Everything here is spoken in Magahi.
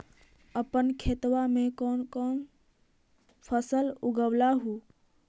अपन खेतबा मे कौन कौन फसल लगबा हू?